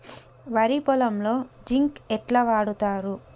వరి పొలంలో జింక్ ఎట్లా వాడుతరు?